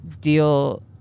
deal